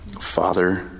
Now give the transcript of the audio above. Father